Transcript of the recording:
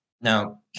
Now